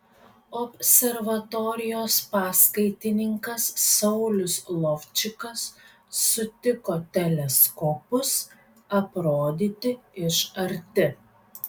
observatorijos paskaitininkas saulius lovčikas sutiko teleskopus aprodyti iš arti